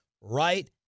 right